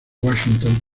washington